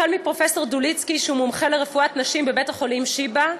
פרופסור דוליצקי שהוא מומחה לרפואת נשים בבית-החולים שיבא,